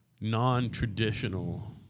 non-traditional